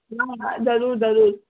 हा हा ज़रूर ज़रूर